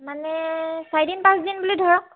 মানে চাৰিদিন পাঁচদিন বুলি ধৰক